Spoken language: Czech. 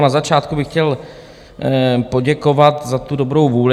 Na začátku bych chtěl poděkovat za tu dobrou vůli.